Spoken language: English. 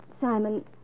Simon